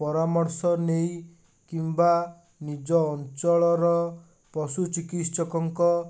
ପରାମର୍ଶ ନେଇ କିମ୍ବା ନିଜ ଅଞ୍ଚଳର ପଶୁ ଚିକିତ୍ସକଙ୍କ